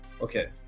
okay